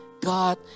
God